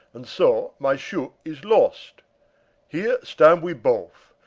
and so my shoot is lost heere stand we both,